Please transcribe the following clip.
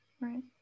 right